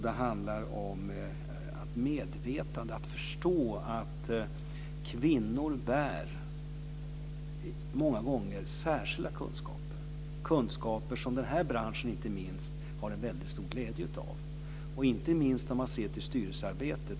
Det handlar om att förstå att kvinnor bär många gånger särskilda kunskaper. Det är kunskaper som inte minst den här branschen har stor glädje av - inte minst i styrelsearbetet.